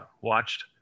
watched